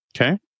Okay